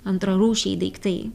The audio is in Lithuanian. antrarūšiai daiktai